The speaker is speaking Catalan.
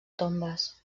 tombes